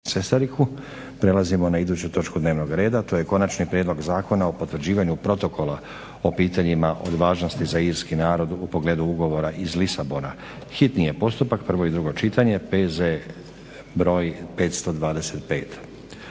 (SDP)** Prelazimo na iduću točku dnevnog reda, to je - Konačni prijedlog zakona o potvrđivanju Protokola o pitanjima od važnosti za irski narod u pogledu ugovora iz Lisabona, hitni postupak, prvo i drugo čitanje, PZ br. 525